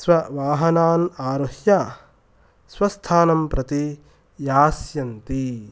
स्ववाहनान् आरुह्य स्वस्थानं प्रति यास्यन्ति